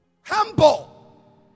humble